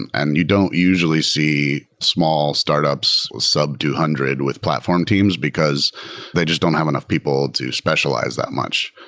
and and you don't usually see small startups sub two hundred with platform teams, because they just don't have enough people to specialize that much.